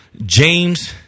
James